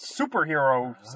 superheroes